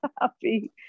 happy